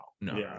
no